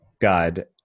God